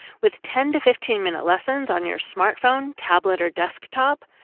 with ten to fifteen minute lessons on your smartphone, tablet or desktop,